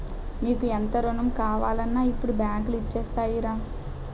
మీకు ఎంత రుణం కావాలన్నా ఇప్పుడు బాంకులు ఇచ్చేత్తాయిరా